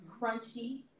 crunchy